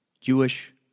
Jewish